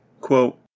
quote